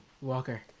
Walker